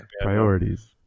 Priorities